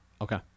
Okay